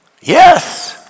yes